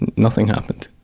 and nothing happened.